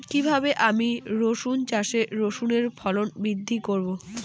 কীভাবে আমি রসুন চাষে রসুনের ফলন বৃদ্ধি করব?